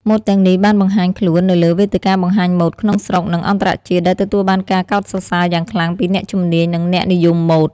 ម៉ូដទាំងនេះបានបង្ហាញខ្លួននៅលើវេទិកាបង្ហាញម៉ូដក្នុងស្រុក និងអន្តរជាតិ ដែលទទួលបានការកោតសរសើរយ៉ាងខ្លាំងពីអ្នកជំនាញ និងអ្នកនិយមម៉ូដ។